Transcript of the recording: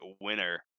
winner